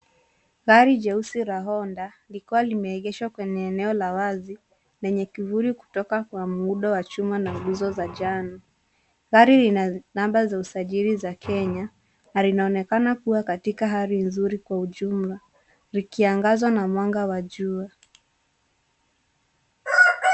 Gari jeusi la Honda likiwa limeegeshwa kwenye eneo la wazi lenye kivuli kutoka kwa muundo wa chuma na nguzo za njano. Gari lina namba za usajili za Kenya na linaonekana kuwa katika hali nzuri kwa ujumla likiangazwa na mwanga wa jua.